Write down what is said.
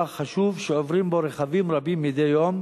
חשוב שעוברים בו רכבים רבים מדי יום,